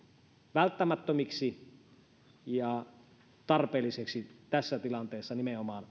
välttämättömiksi ja tarpeellisiksi nimenomaan